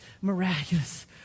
miraculous